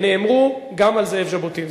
נאמרו גם על זאב ז'בוטינסקי.